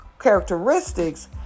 characteristics